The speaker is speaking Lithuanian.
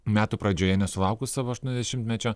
metų pradžioje nesulaukus savo aštuoniasdešimtmečio